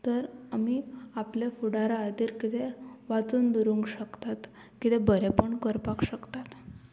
तर आमी आपल्या फुडारा खातीर कितें वाचून दवरूंक शकतात कितें बरेंपण करपाक शकतात